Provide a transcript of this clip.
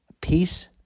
peace